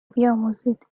بیاموزید